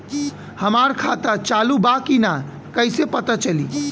हमार खाता चालू बा कि ना कैसे पता चली?